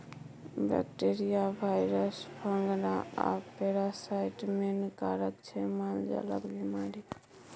bacteria, virus, fungus आ parasite main कारक छै मालजालक बेमारीक